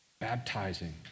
baptizing